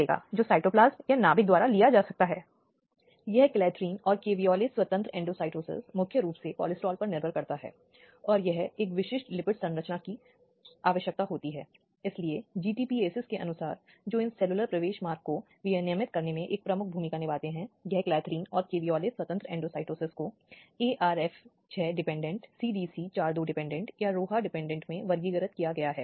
अगर हम उस मामले को याद कर सकते हैं जो पहले चंद्रिमदास बनाम चेयरमैन रेलवे बोर्ड द्वारा संदर्भित किया गया था तो उस मामले में भी अदालत ने बलात्कार के लिए पीड़ित को दस लाख रुपये का भुगतान करने की अनुमति दी थी दो लोगों द्वारा रेलवे यात्रा निवास में उस पर प्रतिबद्ध किया गया था